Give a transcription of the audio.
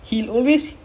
other way round